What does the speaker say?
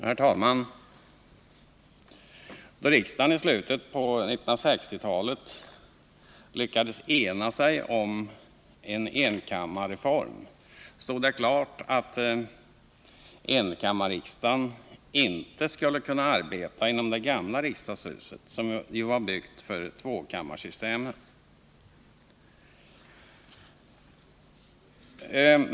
Herr talman! Då riksdagen i slutet av 1960-talet lyckades ena sig om enkammarreformen stod det klart att enkammarriksdagen inte skulle kunna arbeta inom det gamla riksdagshuset, som ju var byggt för tvåkammarsystemet.